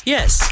Yes